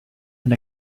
and